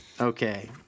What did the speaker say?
Okay